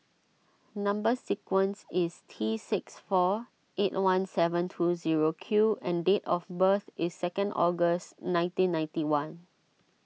Number Sequence is T six four eight one seven two zero Q and date of birth is second August nineteen ninety one